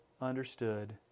understood